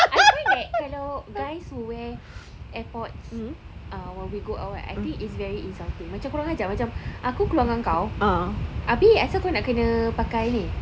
I feel like kalau guys wear airpods ah while we go out right I think it's very insulting macam kurang ajar macam aku keluar dengan kau abeh asal kau nak kena pakai ni